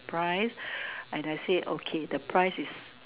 price and I say okay the price is